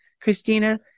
Christina